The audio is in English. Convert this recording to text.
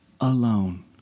alone